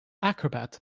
acrobat